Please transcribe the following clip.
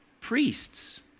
priests